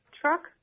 truck